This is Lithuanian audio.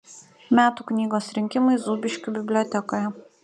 metų knygos rinkimai zūbiškių bibliotekoje